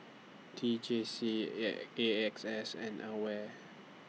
T J C A X S and AWARE